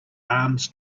arms